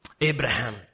Abraham